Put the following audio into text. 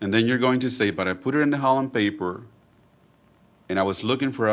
and then you're going to say but i put it in the hall and paper and i was looking for